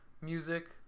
Music